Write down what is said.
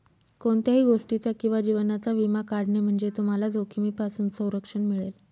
कोणत्याही गोष्टीचा किंवा जीवनाचा विमा काढणे म्हणजे तुम्हाला जोखमीपासून संरक्षण मिळेल